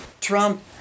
Trump